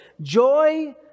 Joy